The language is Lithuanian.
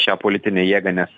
šią politinę jėgą nes